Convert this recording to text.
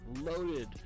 loaded